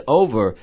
over